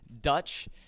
Dutch